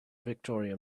victoria